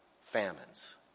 famines